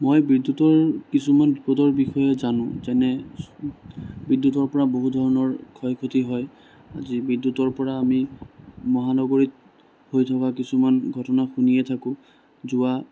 মই বিদ্যুতৰ কিছুমান বিপদৰ বিষয়ে জানো যেনে বিদ্যুতৰ পৰা বহু ধৰণৰ ক্ষয় ক্ষতি হয় যি বিদ্যুতৰ পৰা আমি মহানগৰীত হৈ থকা কিছুমান ঘটনা শুনিয়ে থাকোঁ যোৱা